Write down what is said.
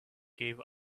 gave